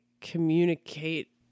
communicate